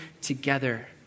together